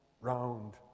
round